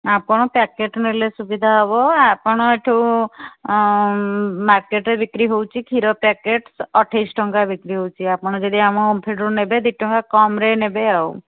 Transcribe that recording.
ଆପଣ ପ୍ୟାକେଟ୍ ନେଲେ ସୁବିଧା ହେବ ଆପଣ ଏଇଠୁ ମାର୍କେଟରେ ବିକ୍ରି ହେଉଛି କ୍ଷୀର ପ୍ୟାକେଟ୍ ସ ଅଠେଇଶି ଟଙ୍କା ବିକ୍ରି ହେଉଛି ଆପଣ ଯଦି ଆମ ଓମଫେଡ଼ରୁ ନେବେ ଦୁଇଟଙ୍କା କମରେ ନେବେ ଆଉ